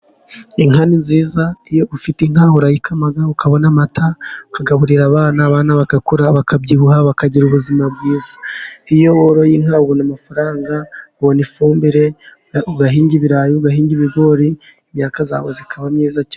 Inka ni nziza iyo ufite inka urayikama ukabona amata ukayagaburira abana bagakura, bakabyibuha, bakagira ubuzima bwiza. Iyo woroye inka ubona amafaranga ubona ifumbire ugahinga ibirayi, ugahinga ibigori imyaka yawe ikaba nziza cyane.